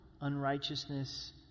unrighteousness